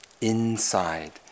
inside